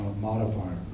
modifier